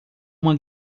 uma